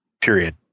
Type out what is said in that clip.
Period